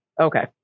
Okay